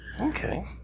Okay